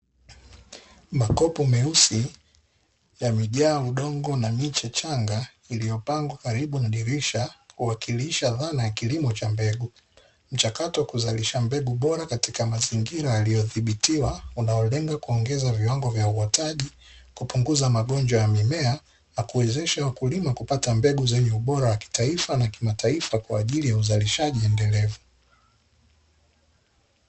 Makopo meusi yamejaa udongo na miche changa, iliyopangwa karibu na dirisha kuwakilisha dhana ya kilimo cha mbegu. Mchakato wa kuzalisha mbegu bora katika mazingira yaliyodhibitiwa, unaolenga kuongeza viwango vya uotaji, kupunguza magonjwa ya mimea na kuwezesha wakulima kupata mbegu zenye ubora wa kitaifa na kimataifa kwa ajili ya uzalishaji endelevu.